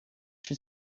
she